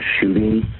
shooting